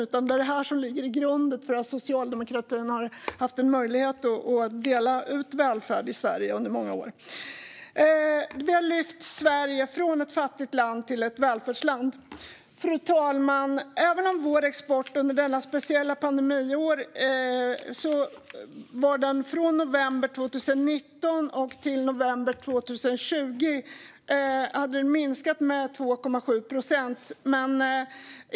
Det är det här som ligger till grund för att socialdemokratin har haft möjlighet att dela ut välfärd i Sverige under många år. Vi har lyft Sverige från ett fattigt land till ett välfärdsland. Fru talman! Vår export minskade under detta speciella pandemiår från november 2019 till november 2020 med 2,7 procent.